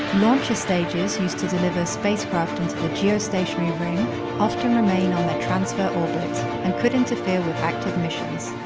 launcher stages used to deliver spacecraft into the geostationary ring often remain on their transfer orbit and could interfere with active missions.